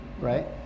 right